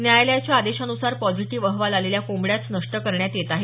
न्यायालयाच्या आदेशानुसार पॉझिटीव्ह अहवाल आलेल्या कोंबड्याच नष्ट करण्यात येत आहेत